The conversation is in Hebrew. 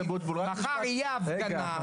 מחר תהיה הפגנה,